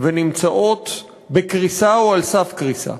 ונמצאות בקריסה או על סף קריסה,